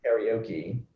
karaoke